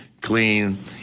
clean